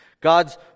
God's